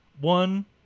One